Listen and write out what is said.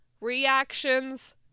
reactions